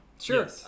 Sure